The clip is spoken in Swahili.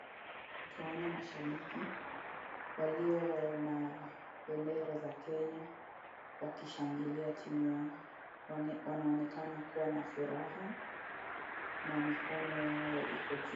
Twaona mashabiki walio na bendera za Kenya wakishangilia timu yao. Wanaonekana kuwa na furaha na mikono yao iko juu.